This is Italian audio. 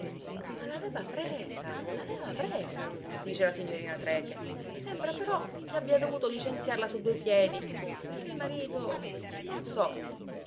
ma l'aveva presa l'aveva presa dice la signorina trecke sembra però che abbia dovuto licenziarla su due piedi perché il marito non so